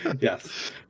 Yes